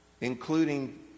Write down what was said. including